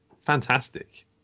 fantastic